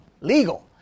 legal